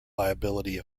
liability